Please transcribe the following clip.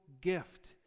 gift